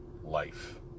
life